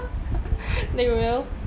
they will